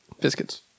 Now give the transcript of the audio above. Biscuits